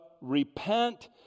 repent